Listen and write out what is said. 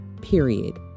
period